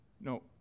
No